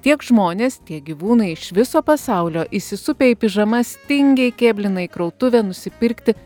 tiek žmonės tiek gyvūnai iš viso pasaulio įsisupę į pižamas tingiai kėblina į krautuvę nusipirkti